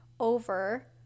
over